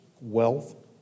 wealth